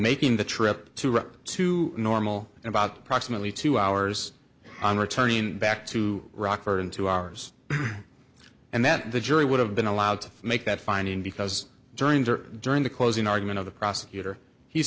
making the trip to rome to normal in about approximately two hours on returning back to rockford in two hours and that the jury would have been allowed to make that finding because during her during the closing argument of the prosecutor he